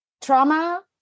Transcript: trauma